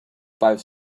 five